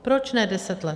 Proč ne deset let?